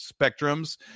spectrums